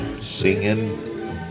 Singing